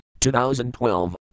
2012